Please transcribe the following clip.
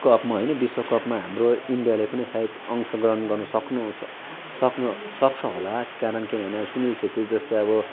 कपमा होइन विश्वकपमा हाम्रो इन्डियाले पनि सायद अंशग्रहण गर्नसक्नु स सक्नु सक्नसक्छ होला कारण किनभने अब सुनील क्षेत्री जस्तो अब